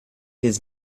his